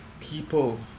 people